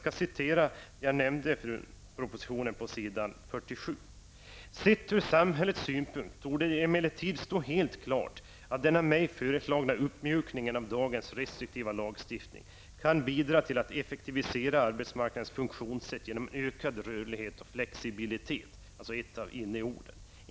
Sedan vill jag citera vad som står i proposition 124 ''Sett ur samhällets synpunkt torde det emellertid stå helt klart att den av mig föreslagna uppmjukningen av dagens restriktiva lagstiftning kan bidra till att effektivisera arbetsmarknadens funktionssätt genom en ökad rörlighet och flexibilitet.'' Här har vi alltså ett av inneorden.